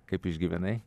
kaip išgyvenai